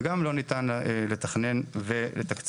וגם לא ניתן לתכנן ולתקצב